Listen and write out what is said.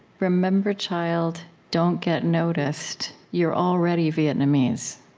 remember, child don't get noticed. you're already vietnamese.